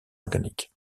organique